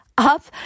up